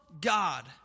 God